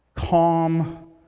Calm